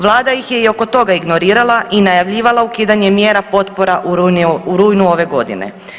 Vlada ih je i oko toga ignorirala i najavljivala ukidanje mjera potpora u rujnu ove godine.